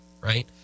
right